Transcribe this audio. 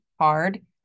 hard